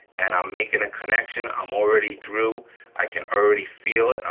and i'm making a connection, i'm already through i can already feel it,